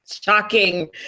shocking